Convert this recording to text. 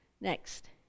Next